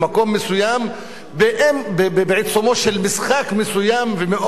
במקום מסוים, בעיצומו של משחק מסוים.